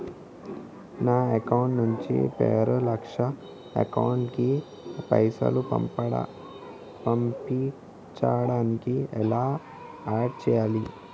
నా అకౌంట్ నుంచి వేరే వాళ్ల అకౌంట్ కి పైసలు పంపించడానికి ఎలా ఆడ్ చేయాలి?